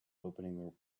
opening